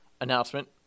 announcement